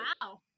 Wow